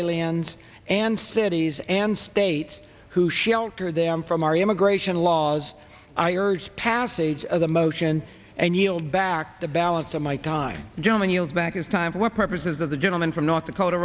aliens and cities and states who shelter them from our immigration laws i urge passage of the motion and yield back the balance of my time gentleman yield back is time for purposes of the gentleman from north dakota